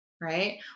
right